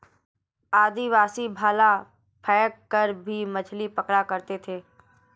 आदिवासी भाला फैंक कर भी मछली पकड़ा करते थे